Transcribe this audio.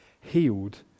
healed